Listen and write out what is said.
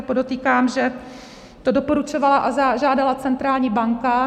Podotýkám, že to doporučovala a žádala centrální banka.